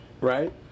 Right